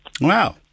Wow